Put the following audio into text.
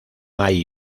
hay